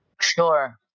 Sure